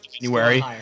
January